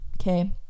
okay